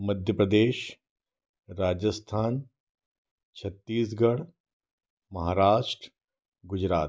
Madhya Pradesh Rajasthan Chhattisgarh Maharashtra Gujarat